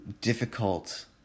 difficult